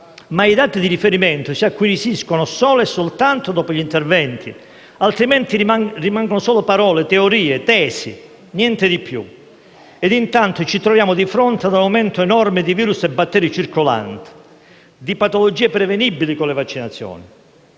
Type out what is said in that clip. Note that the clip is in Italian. Ma i dati di riferimento si acquisiscono solo e soltanto dopo gli interventi. Altrimenti rimangono solo parole, teorie, tesi, niente di più. Intanto, ci troviamo di fronte a un aumento enorme di *virus* e batteri circolanti, di patologie prevenibili con le vaccinazioni.